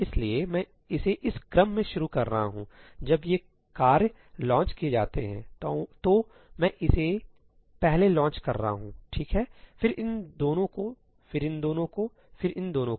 इसलिए मैं इसे इस क्रम में शुरू कर रहा हूं सहीजब ये कार्य लॉन्च किए जाते हैं तो मैं इसे पहले लॉन्च कर रहा हूं ठीक है फिर इन दोनों को फिर इन दोनों को फिर इन दोनों को